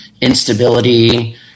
instability